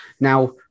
Now